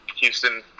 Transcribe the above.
Houston